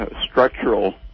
structural